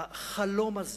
החלום הזה,